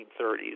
1930s